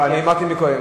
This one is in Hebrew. אני אמרתי קודם לכן,